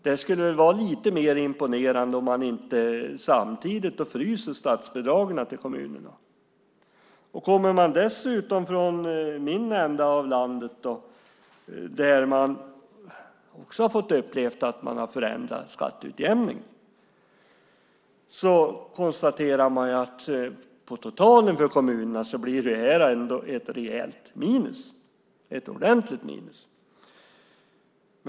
Det skulle vara lite mer imponerande om man inte samtidigt frös statsbidragen till kommunerna. Kommer man dessutom från min ända av landet, där man också har fått uppleva förändringar av skatteutjämningen, konstaterar man att det totalt sett för kommunerna ändå blir ett rejält minus, ett ordentligt minus.